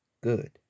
Good